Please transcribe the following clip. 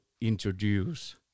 introduce